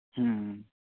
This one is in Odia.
ହଁ